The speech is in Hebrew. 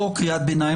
לא קריאות ביניים,